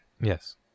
Yes